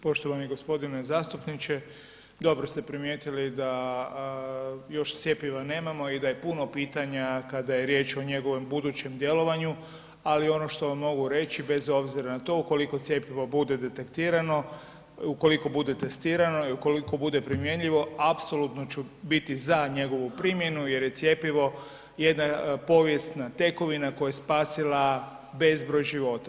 Poštovani g. zastupniče, dobro ste primijetili da još cjepiva nemamo i da je puno pitanja kada je riječ o njegovom budućem djelovanju, ali ono što vam mogu reći bez obzira na to ukoliko cjepivo bude detektirano, ukoliko bude testirano i ukoliko bude primjenljivo apsolutno ću biti za njegovu primjenu jer je cjepivo jedna povijesna tekovina koja je spasila bezbroj života.